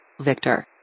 Victor